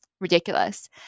ridiculous